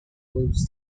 wolves